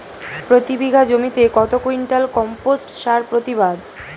প্রতি বিঘা জমিতে কত কুইন্টাল কম্পোস্ট সার প্রতিবাদ?